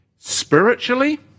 Spiritually